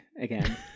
again